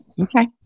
Okay